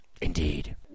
Indeed